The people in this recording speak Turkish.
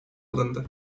alındı